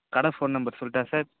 கடை phone number சொல்லட்டா sir